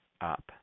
up